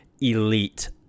elite